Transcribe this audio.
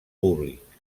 públic